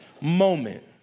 moment